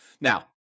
Now